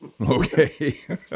Okay